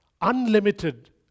unlimited